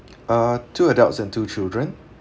uh two adults and two children